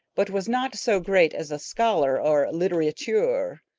but was not so great as a scholar or litterateur.